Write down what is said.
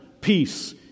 peace